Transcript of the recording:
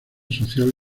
social